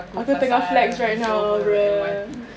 aku tengah flex right now ya